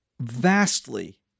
vastly